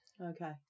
Okay